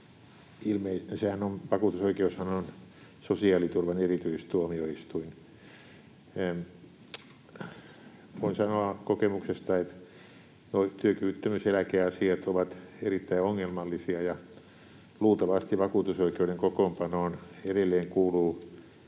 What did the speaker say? Vakuutusoikeushan on sosiaaliturvan erityistuomioistuin. Voin sanoa kokemuksesta, että työkyvyttömyyseläkeasiat ovat erittäin ongelmallisia. Luultavasti vakuutusoikeuden kokoonpanoon edelleen kuuluu